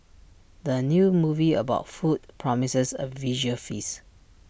the new movie about food promises A visual feast